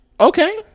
Okay